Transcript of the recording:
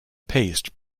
paste